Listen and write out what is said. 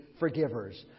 forgivers